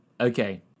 Okay